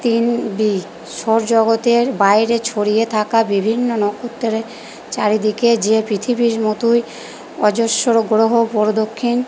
তিন বি সৌর জগতের বাইরে ছড়িয়ে থাকা বিভিন্ন নক্ষত্রের চারিদিকে যে পৃথিবীর মতোই অজস্র গ্রহ প্রদক্ষিণ